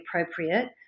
appropriate